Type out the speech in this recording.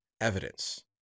evidence